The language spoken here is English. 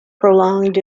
prolonged